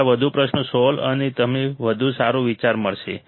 થોડા વધુ પ્રશ્નો સોલ્વ અને તમને વધુ સારો વિચાર મળશે